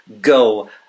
go